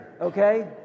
okay